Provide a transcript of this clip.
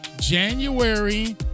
January